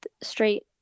straight